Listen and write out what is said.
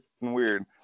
weird